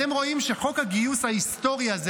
אתם רואים שחוק הגיוס ההיסטורי הזה,